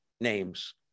names